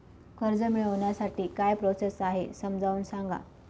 कर्ज मिळविण्यासाठी काय प्रोसेस आहे समजावून सांगा